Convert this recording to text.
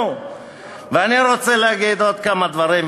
אני רוצה להגיד עוד כמה דברים,